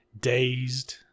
dazed